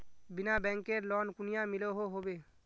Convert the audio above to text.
बिना बैंकेर लोन कुनियाँ मिलोहो होबे?